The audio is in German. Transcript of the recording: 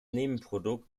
nebenprodukt